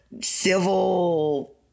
civil